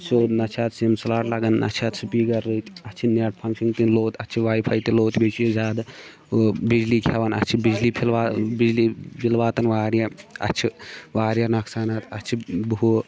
سیوٚد نہ چھِ اَتھ سِم سلاٹ لَگَان نہ چھِ اَتھ سِپیٖکَر رٕتۍ اَتھ چھِ نٮ۪ٹ فَنٛگشَنِنٛگ تہِ لوٚت اَتھ چھِ واے فاے تہِ لوٚت بیٚیہِ چھِ یہِ زیادٕ ہُہ بِجلی کھٮ۪وَان اَتھ چھِ بِجلی پھِل بِجلی بِل واتَان واریاہ اَتھ چھِ واریاہ نۄقصانات اَتھ چھِ ہُہ